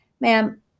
ma'am